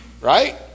Right